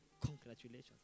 congratulations